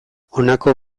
honako